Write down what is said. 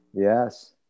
Yes